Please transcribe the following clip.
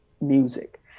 music